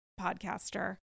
podcaster